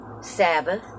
Sabbath